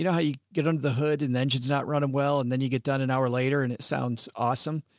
you know, how you get under the hood and engines not running well. and then you get done an hour later and it sounds awesome.